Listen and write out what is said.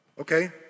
okay